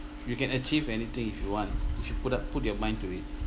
you can achieve anything if you want if you put up put your mind to it